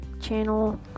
channel